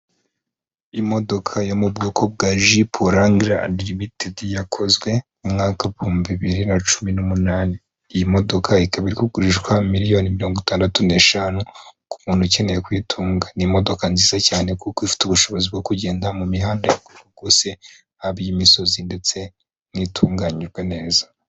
Imodoka yo mu bwoko bwa jipe yakozwe mu mwaka w'ibihumbi bibiri na cumi n'umunani, iyi modoka ikaba iri kugurishwa miliyoni mirongo itandatu n'eshanu ku muntuntu ukeneye kuyitunga ni imodoka nziza cyane kuko ifite ubushobozi bwo kugenda mu mihandagose hafi y'imisozi ndetse itunganijwe neza.